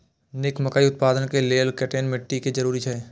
निक मकई उत्पादन के लेल केहेन मिट्टी के जरूरी छे?